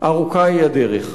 ארוכה היא הדרך".